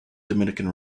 dominican